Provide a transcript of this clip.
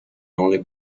only